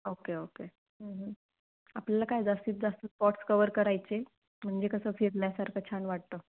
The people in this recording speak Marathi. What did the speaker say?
ओके ओके आपल्याला काय जास्तीत जास्त स्पॉट्स कवर करायचे म्हणजे कसं फिरण्यासारखं छान वाटतं